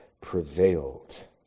prevailed